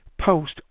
post